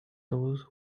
those